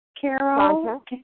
Carol